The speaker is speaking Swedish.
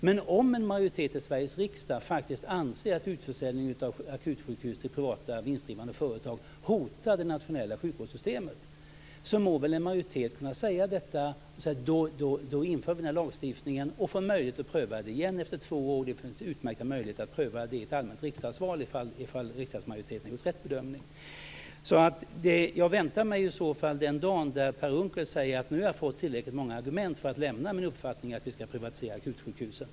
Men om en majoritet i Sveriges riksdag faktiskt anser att utförsäljning av akutsjukhus till privata vinstdrivande företag hotar det nationella sjukvårdssystemet må väl en majoritet kunna säga detta och införa denna lagstiftning. Vi får möjlighet att pröva den igen efter två år, och det finns utmärkta möjligheter att i ett allmänt riksdagsval pröva om riksdagsmajoriteten har gjort rätt bedömning. Jag väntar på den dag då Per Unckel säger: Nu har jag fått tillräckligt många argument för att lämna min uppfattning att vi ska privatisera akutsjukhusen.